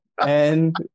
And-